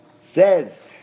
says